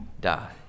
die